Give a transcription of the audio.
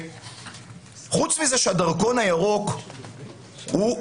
חוץ מזה, לשיטתנו הדרכון הירוק מסוכן.